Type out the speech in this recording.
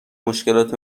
مشکلات